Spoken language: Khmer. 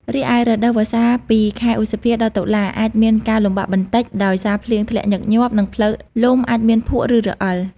រីឯ រដូវវស្សាពី ខែឧសភា ដល់ តុលា អាចមានការលំបាកបន្តិចដោយសារភ្លៀងធ្លាក់ញឹកញាប់ និងផ្លូវលំអាចមានភក់ ឬរអិល។